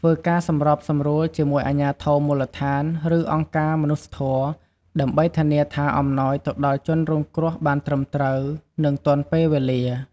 ធ្វើការសម្របសម្រួលជាមួយអាជ្ញាធរមូលដ្ឋាន ឬអង្គការមនុស្សធម៌ ដើម្បីធានាថាអំណោយទៅដល់ជនរងគ្រោះបានត្រឹមត្រូវ និងទាន់ពេលវេលា។